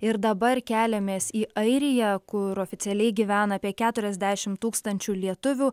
ir dabar keliamės į airiją kur oficialiai gyvena apie keturiasdešimt tūkstančių lietuvių